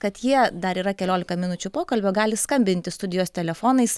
kad jie dar yra keliolika minučių pokalbio gali skambinti studijos telefonais